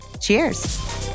Cheers